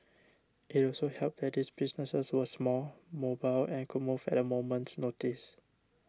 it also helped that these businesses were small mobile and could move at a moment's notice